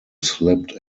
slipped